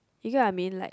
you get what I mean like